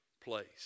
place